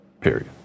Period